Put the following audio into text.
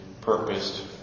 purposed